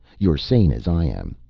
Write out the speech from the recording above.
you're sane as i am.